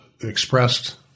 expressed